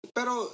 Pero